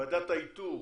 ועדת האיתור